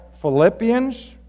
Philippians